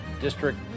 District